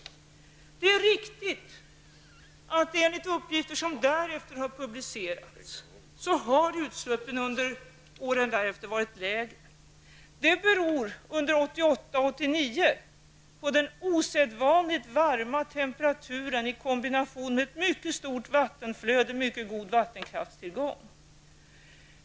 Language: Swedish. Det är riktigt att enligt uppgifter som därefter har publicerats har utsläppen under åren därefter varit lägre. Under 1988 och 1989 berodde det på den osedvanligt höga temperaturen i kombination med ett mycket stort vattenflöde och mycket god vattenkraftstillgång.